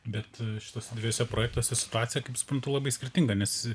bet šituose dviejuose projektuose situacija kaip suprantu labai skirtinga nes